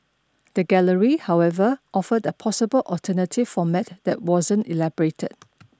the Gallery however offered a possible alternative format that wasn't elaborated